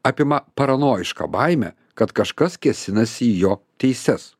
apima paranojiška baimė kad kažkas kesinasi į jo teises